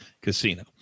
Casino